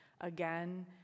again